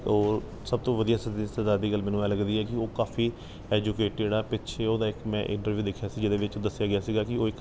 ਉਹ ਸਭ ਤੋਂ ਵਧੀਆ ਸਤਿੰਦਰ ਸਰਤਾਜ ਦੀ ਗੱਲ ਮੈਨੂੰ ਇਹ ਲੱਗਦੀ ਹੈ ਕਿ ਉਹ ਕਾਫ਼ੀ ਐਜੂਕੇਟਿਡ ਆ ਪਿੱਛੇ ਉਹਦਾ ਇੱਕ ਮੈਂ ਇੰਟਰਵਿਊ ਦੇਖਿਆ ਸੀ ਜਿਹਦੇ ਵਿੱਚ ਦੱਸਿਆ ਗਿਆ ਸੀਗਾ ਕਿ ਉਹ ਇੱਕ